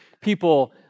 people